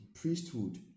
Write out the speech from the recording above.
priesthood